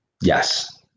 Yes